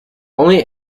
only